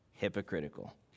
Hypocritical